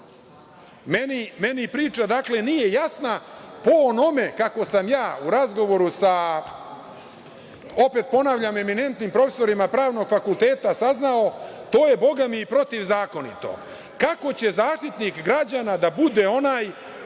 Meni priča nije jasna. Po onome kako sam ja u razgovoru sa, opet ponavljam, eminentnim profesorima Pravnog fakulteta saznao, to je, bogami, protivzakonito. Kako će Zaštitnik građana da bude onaj